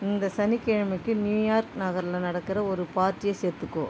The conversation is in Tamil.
இந்த சனிக்கிழமைக்கு நியூயார்க் நகரில் நடக்கிற ஒரு பார்ட்டியை சேர்த்துக்கோ